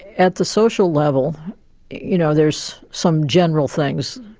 at the social level you know there's some general things.